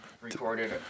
recorded